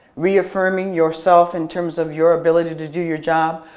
reaffirming yourself in terms of your ability to do your job,